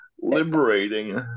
liberating